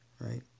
right